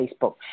Facebook